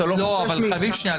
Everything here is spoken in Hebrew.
אתה לא חושש -- שנייה,